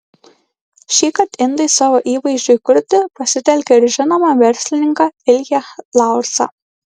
šįkart indai savo įvaizdžiui kurti pasitelkė ir žinomą verslininką ilją laursą